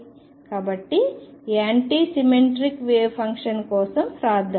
కాబట్టి anti symmetric wave function కోసం వ్రాద్దాం